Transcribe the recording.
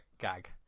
gag